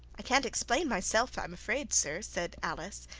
i can't explain myself, i'm afraid, sir' said alice,